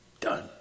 Done